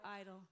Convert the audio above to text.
idol